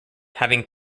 having